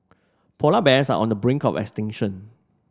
polar bears are on the brink of extinction